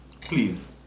Please